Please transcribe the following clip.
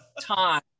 Time